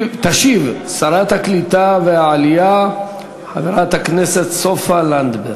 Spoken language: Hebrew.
תשיב שרת העלייה והקליטה, חברת הכנסת סופה לנדבר.